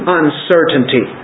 uncertainty